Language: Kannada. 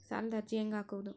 ಸಾಲದ ಅರ್ಜಿ ಹೆಂಗ್ ಹಾಕುವುದು?